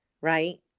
right